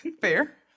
Fair